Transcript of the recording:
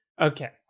Okay